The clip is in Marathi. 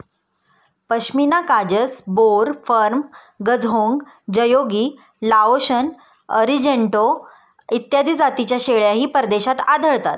पश्मिना काजस, बोर, फर्म, गझहोंग, जयोगी, लाओशन, अरिजेंटो इत्यादी जातींच्या शेळ्याही परदेशात आढळतात